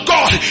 God